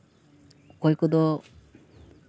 ᱚᱠᱚᱭ ᱠᱚᱫᱚ